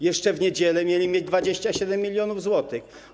Jeszcze w niedzielę mieli mieć 27 mln zł.